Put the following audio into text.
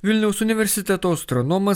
vilniaus universiteto astronomas